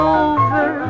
over